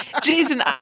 Jason